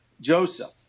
Joseph